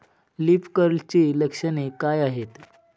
Leaf कर्लची लक्षणे काय आहेत?